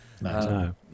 No